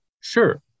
Sure